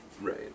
Right